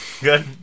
Good